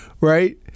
right